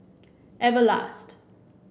everlast